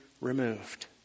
removed